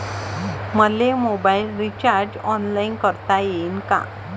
मले mobile recharge online करता येईन का?